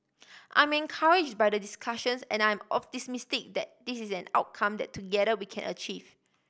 I'm encourage by the discussions and I am optimistic that this is an outcome that together we can achieve